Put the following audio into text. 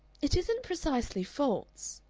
it isn't precisely faults,